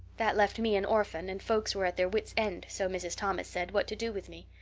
that left me an orphan and folks were at their wits' end, so mrs. thomas said, what to do with me.